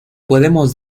podemos